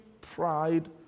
pride